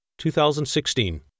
2016